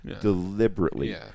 deliberately